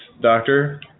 doctor